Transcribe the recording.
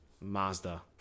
Mazda